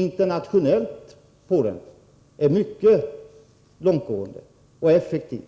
Internationellt sett är denna lag mycket långtgående och effektiv.